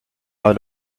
out